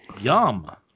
Yum